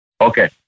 Okay